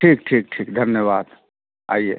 ठीक ठीक ठीक धन्यवाद आइए